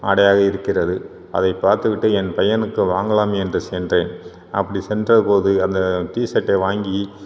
ஆடையாக இருக்கிறது அதை பார்த்துவிட்டு என் பையனுக்கு வாங்கலாம் என்று சென்றேன் அப்படி சென்ற போது அந்த டிஷர்ட்டை வாங்கி